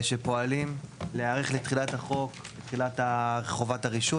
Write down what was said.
שפועלים, להיערך לתחילת החוק, לתחילת חובת הרישוי.